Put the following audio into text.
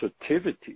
sensitivity